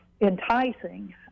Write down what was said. enticing